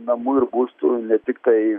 namų ir būstų ne tiktai